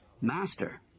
Master